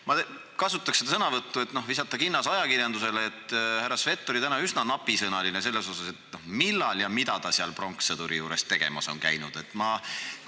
kasutaksin sõnavõttu, et visata kinnas ajakirjandusele. Härra Svet oli täna üsna napisõnaline selles osas, et millal ja mida ta seal pronkssõduri juures tegemas on käinud.